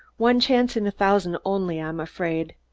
one chance in a thousand only, i'm afraid.